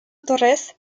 torres